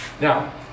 Now